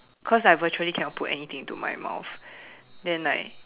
cause I virtually cannot put anything into my mouth then like